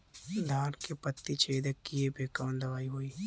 धान के पत्ती छेदक कियेपे कवन दवाई होई?